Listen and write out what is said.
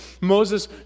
Moses